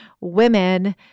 women